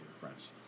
friends